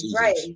right